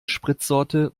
spritsorte